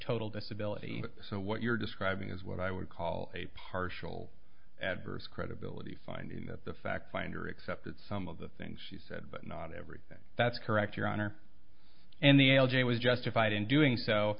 total disability so what you're describing is what i would call a partial adverse credibility finding that the fact finder accepted some of the things she said but not everything that's correct your honor and the algae was justified in doing so